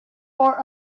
for